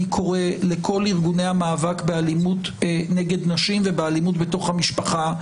אני קורא לכל ארגוני המאבק באלימות נגד נשים ובאלימות בתוך המשפחה,